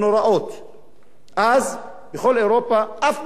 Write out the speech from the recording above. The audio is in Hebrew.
אז בכל אירופה אף מדינה לא החזיקה את הנשק הגרעיני.